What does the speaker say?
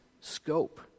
scope